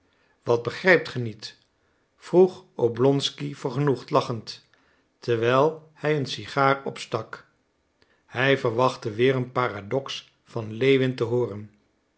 wat begrijpt ge niet vroeg oblonsky vergenoegd lachend terwijl hij een sigaar opstak hij verwachtte weer een paradox van lewin te hooren